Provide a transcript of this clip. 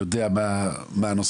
יודע מה הנושא,